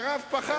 לפי דעתי,